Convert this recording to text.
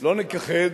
לא נכחד